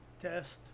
test